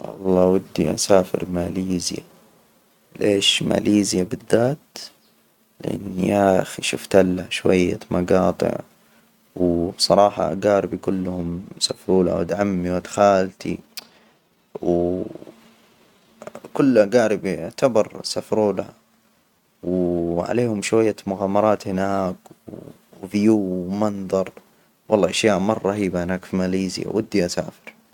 والله ودي أسافر ماليزيا. ليش ماليزيا بالذات؟ لأن يا أخي شفت لها شوية مجاطع، وبصراحة أجاربي كلهم سفرو لها ولد عمي ولد خالتي كل أجاربي يعتبر سفرولها وعليهم شوية مغامرات هناك، وفيو ومنظر، والله أشياء مرة رهيبة هناك في ماليزيا ودي أسافر.